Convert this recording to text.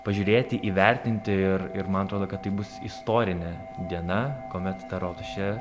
pažiūrėti įvertinti ir ir man atrodo kad tai bus istorinė diena kuomet ta rotušė